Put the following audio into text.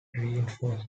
reinforce